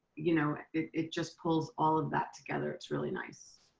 you know it it just pulls all of that together. it's really nice.